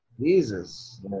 Jesus